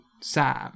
Sam